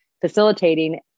facilitating